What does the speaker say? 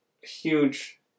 huge